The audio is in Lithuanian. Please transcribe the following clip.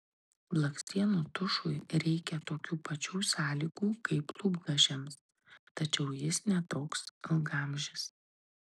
blakstienų tušui reikia tokių pačių sąlygų kaip lūpdažiams tačiau jis ne toks ilgaamžis